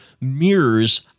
mirrors